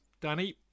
Danny